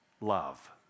love